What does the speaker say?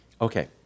Okay